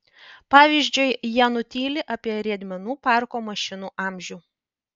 pavyzdžiui jie nutyli apie riedmenų parko mašinų amžių